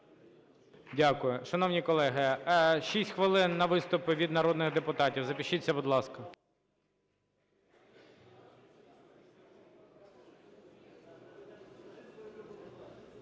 Дякую. Шановні колеги, 6 хвилин на виступи від народних депутатів. Запишіться, будь ласка.